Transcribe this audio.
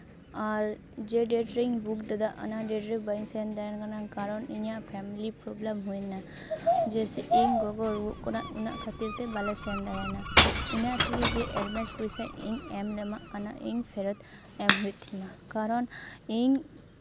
ᱟᱨ ᱡᱮ ᱰᱮᱴ ᱨᱮᱧ ᱵᱩᱠ ᱞᱮᱫᱟ ᱚᱱᱟ ᱰᱮᱴᱨᱮ ᱵᱟᱹᱧ ᱥᱮᱱ ᱛᱟᱦᱮᱱ ᱠᱟᱱᱟ ᱠᱟᱨᱚᱱ ᱤᱧᱟᱹᱜ ᱯᱷᱮᱢᱮᱞᱤ ᱯᱨᱚᱵᱞᱮᱢ ᱦᱩᱭᱱᱟ ᱡᱮᱭᱥᱮ ᱠᱤ ᱤᱧ ᱜᱚᱜᱚ ᱨᱩᱣᱟᱹᱜ ᱠᱟᱱᱟ ᱚᱱᱟ ᱠᱷᱟᱹᱛᱤᱨ ᱛᱮ ᱵᱟᱞᱮ ᱥᱮᱱ ᱫᱟᱲᱮᱱᱟ ᱤᱧᱟ ᱜ ᱛᱷᱮᱠᱮ ᱡᱮ ᱮᱰᱵᱷᱟᱱᱥ ᱯᱚᱭᱥᱟ ᱤᱧ ᱮᱢ ᱞᱮᱢᱟᱜ ᱠᱟᱱᱟ ᱚᱱᱟ ᱤᱧ ᱯᱷᱮᱨᱚᱛ ᱮᱢ ᱦᱩᱭᱩᱜ ᱛᱤᱧᱟᱹ ᱠᱟᱨᱚᱱ ᱤᱧ